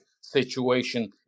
situation